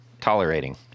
Tolerating